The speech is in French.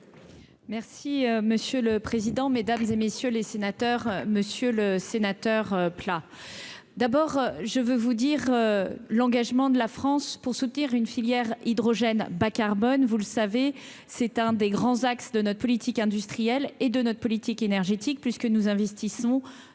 Merci monsieur le président, Mesdames et messieurs les sénateurs, Monsieur le Sénateur, plat, d'abord je veux vous dire l'engagement de la France pour soutenir une filière hydrogène bas-carbone vous le savez, c'est un des grands axes de notre politique industrielle et de notre politique énergétique puisque nous investissons